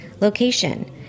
location